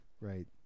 Right